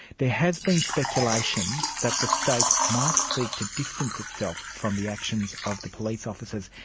there has been speculation that the state might seek to distance itself from the actions of the police officers,